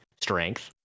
strength